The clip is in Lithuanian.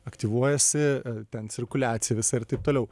aktyvuojasi ten cirkuliacijai visa ir taip toliau